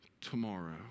tomorrow